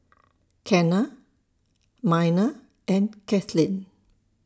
Kenna Miner and Kaitlyn